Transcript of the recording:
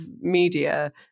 media